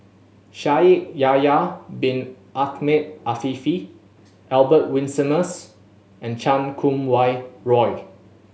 Shaikh Yahya Bin Ahmed Afifi Albert Winsemius and Chan Kum Wah Roy